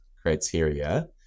criteria